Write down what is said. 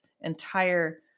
entire